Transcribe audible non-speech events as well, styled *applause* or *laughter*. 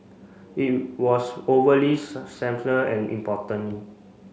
it was overly *unintelligible* and importantly